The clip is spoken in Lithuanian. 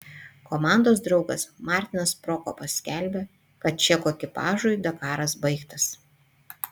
komandos draugas martinas prokopas skelbia kad čekų ekipažui dakaras baigtas